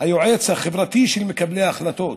היועץ החברתי של מקבלי ההחלטות